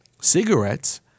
cigarettes